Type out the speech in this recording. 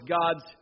God's